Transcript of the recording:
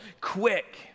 quick